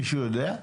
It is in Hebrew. מישהו יודע?